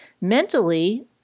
Mentally